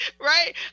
right